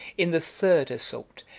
in the third assault,